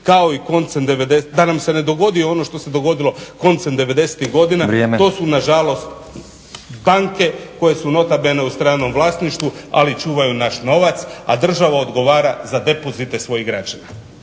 dogodilo koncem 90-tih godina to su nažalost banke koje su nota bene u stvarnom vlasništvu ali čuvaju naš novac a država odgovara za depozite svojih građana.